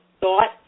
Thought